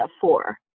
four